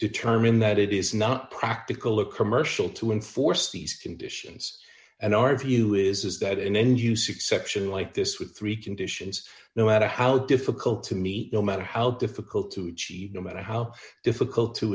determine that it is not practical or commercial to enforce these conditions and our view is that an end use exception like this with three conditions no matter how difficult to me no matter how difficult to achieve no matter how difficult to